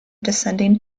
descending